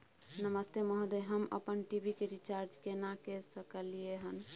नमस्ते महोदय, हम अपन टी.वी के रिचार्ज केना के सकलियै हन?